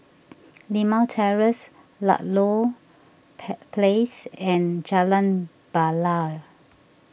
Limau Terrace Ludlow Place and Jalan Bilal